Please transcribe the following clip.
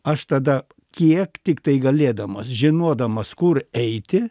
aš tada kiek tiktai galėdamas žinodamas kur eiti